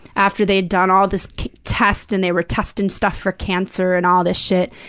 after they had done all this test and they were testing stuff for cancer and all this shit,